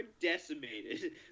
decimated